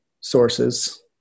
sources